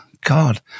God